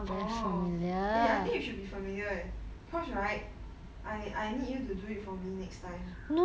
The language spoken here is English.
orh I think you should be familiar eh because right I I need you to do it for me next time